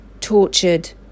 tortured